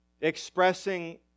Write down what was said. expressing